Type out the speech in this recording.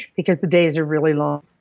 because the days are really long,